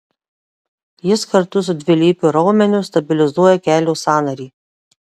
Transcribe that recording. jis kartu su dvilypiu raumeniu stabilizuoja kelio sąnarį